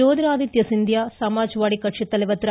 ஜோதிா ஆதித்தியா சிந்தியா சமாஜ்வாடி கட்சித்தலைவா் திரு